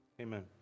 amen